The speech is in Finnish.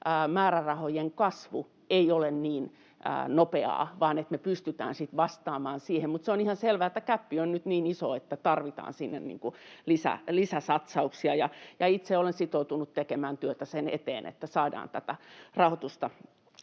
määrärahojen kasvu ei ole niin nopeaa vaan me pystytään sitten vastaamaan siihen. On ihan selvä, että gäppi on nyt niin iso, että me tarvitaan sinne lisäsatsauksia. Itse olen sitoutunut tekemään työtä sen eteen, että saadaan tätä rahoitusta